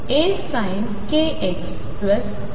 ψ हे AsinkxBcoskx असणार आहे